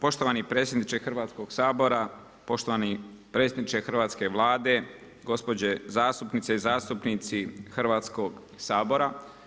Poštovani predsjedniče Hrvatskog sabora, poštovani predsjedniče hrvatske Vlade, gospođe zastupnice i zastupnici Hrvatskog sabora.